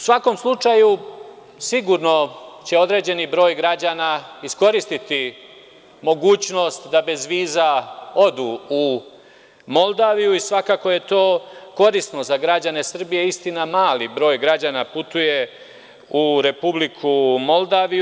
U svakom slučaju, sigurno će određeni broj građana iskoristiti mogućnost da bez viza odu u Moldaviju i svakako je to korisno za građane Srbije, istina mali broj građana putuje u Republiku Moldaviju.